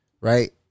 Right